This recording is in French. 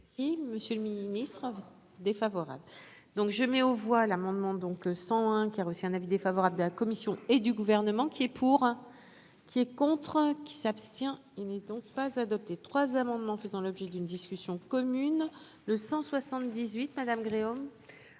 Monsieur le Ministre, défavorable, donc je mets aux voix l'amendement donc son hein, qui a reçu un avis défavorable de la commission et du gouvernement qui est pour, qui est contre qui s'abstient, il n'est donc pas adopté 3 amendements faisant l'objet d'une discussion commune le 178 madame Gréaume.